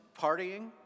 partying